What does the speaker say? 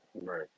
Right